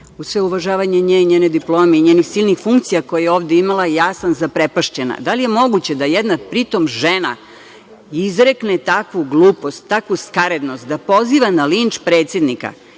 svo uvažavanje nje i njene diplome i njenih silnih funkcija koje je ovde imala, ja sam zaprepašćena. Da li je moguće da jedna, pri tom žena, izrekne takvu glupost, takvu skarednost, da poziva na linč predsednika,